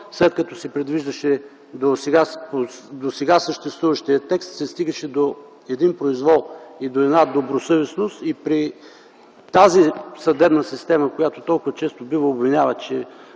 и под минимума. В досега съществуващия текст се стигаше до един произвол и до една добросъвестност. При тази съдебна система, която толкова често бива обвинявана,